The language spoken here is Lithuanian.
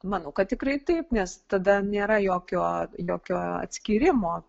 manau kad tikrai taip nes tada nėra jokio jokio atskyrimo